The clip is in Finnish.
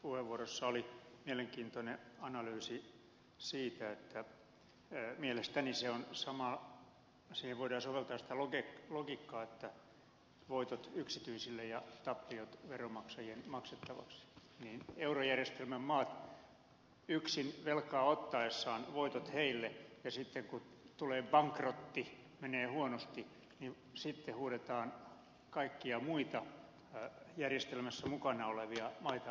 kankaanniemen puheenvuorossa oli mielenkiintoinen analyysi siitä mielestäni siihen voidaan soveltaa sitä logiikkaa että voitot yksityisille ja tappiot veronmaksajien maksettavaksi että eurojärjestelmän maille voitot niiden yksin velkaa ottaessa ja sitten kun tulee bankrotti menee huonosti huudetaan kaikkia muita järjestelmässä mukana olevia maita maksajiksi